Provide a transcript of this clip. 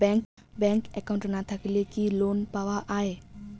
Bank account না থাকিলে কি লোন পাওয়া য়ায়?